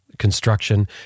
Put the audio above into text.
construction